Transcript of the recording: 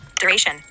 Duration